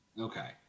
Okay